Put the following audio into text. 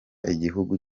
igihugu